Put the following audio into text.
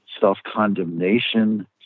self-condemnation